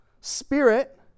spirit